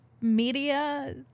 media